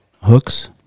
hooks